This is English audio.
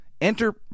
Enter